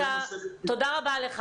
תודה רבה לך.